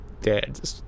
dad